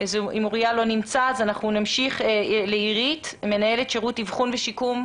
לא נמצא, נמשיך לאירית יפתח שרצקי,